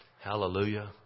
Hallelujah